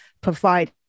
provide